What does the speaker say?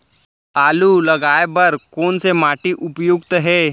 आलू लगाय बर कोन से माटी उपयुक्त हे?